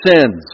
sins